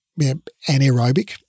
anaerobic